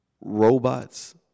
robots